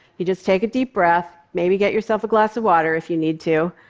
you just take a deep breath, maybe get yourself a glass of water if you need to,